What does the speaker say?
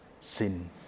sin